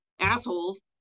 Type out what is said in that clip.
assholes